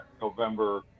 november